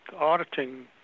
auditing